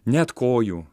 net kojų